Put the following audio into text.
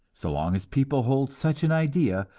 so long as people hold such an idea,